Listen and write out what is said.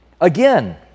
again